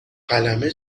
قلمه